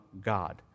God